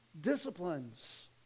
disciplines